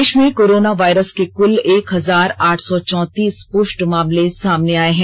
देश में corona virus के कुल एक हजार आठ सौ चौतीस पुष्ट मामले सामने आए हैं